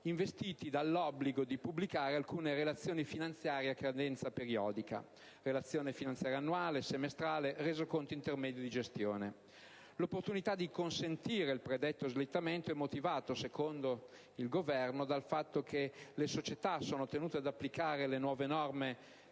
investiti dell'obbligo di pubblicare alcune relazioni finanziarie a cadenza periodica (relazione finanziaria annuale, semestrale, resoconti intermedi di gestione). L'opportunità di consentire il predetto slittamento è motivata, secondo il Governo, dal fatto che le società sono tenute ad applicare le nuove norme